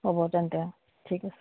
হ'ব তেন্তে ঠিক আছে